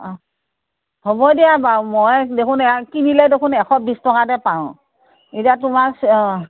অ হ'ব দিয়া বাৰু মই দেখোন এইয়া কিনিলে দেখোন এশ বিশ টকাতে পাওঁ এতিয়া তোমাৰ অ